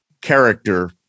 character